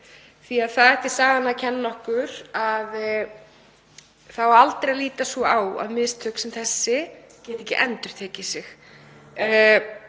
því að sagan ætti að kenna okkur að það á aldrei að líta svo á að mistök sem þessi geti ekki endurtekið sig.